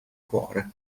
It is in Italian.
cuore